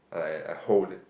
like a a hold